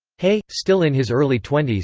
hay, still in his early twenty s,